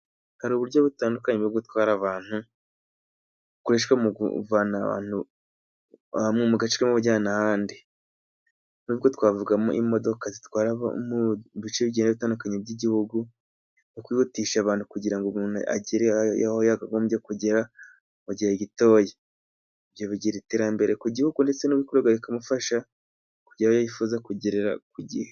Hari uburyo butandukanye bwo gutwara abantu, bukoreshwa mu kuvana abantu mu gace kamwe ubajyana ahandi. Muri ubwo twavugamo imodoka zitwara mu bice bigiye bitandukanye by'Igihugu, bwo kwihutisha abantu kugira ngo umuntu agere aho yakagombye kugera mu gihe gitoya. Ibyo bigira iterambere ku gihugu ndetse n'ubikorerwa bikamufasha kugerera aho yifuza kugera ku gihe.